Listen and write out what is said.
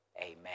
amen